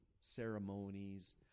ceremonies